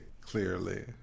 clearly